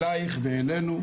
אלייך ואלינו,